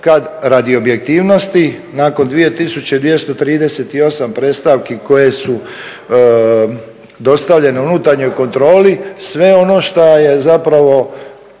kad radi objektivnosti nakon 2238 predstavki koje su dostavljene unutarnjoj kontroli sve ono što je zapravo